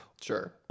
sure